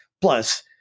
Plus